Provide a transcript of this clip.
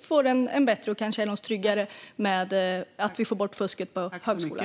får en bättre ordning och kan känna oss tryggare med att vi ska kunna få bort fusket på högskolan.